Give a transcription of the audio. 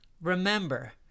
Remember